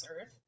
earth